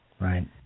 Right